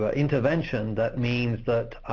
ah intervention that means that